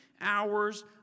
hours